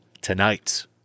tonight